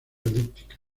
elípticas